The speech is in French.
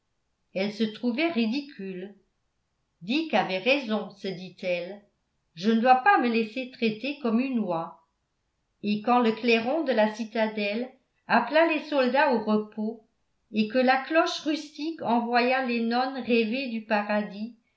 elle se trouvait ridicule dick avait raison se dit-elle je ne dois pas me laisser traiter comme une oie et quand le clairon de la citadelle appela les soldats au repos et que la cloche rustique envoya les nonnes rêver du paradis